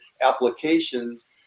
applications